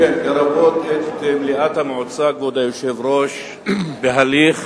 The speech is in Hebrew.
לרבות את מליאת המועצה, כבוד היושב-ראש, בהליך